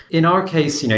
in our case, you know